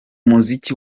muziki